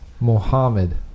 Mohammed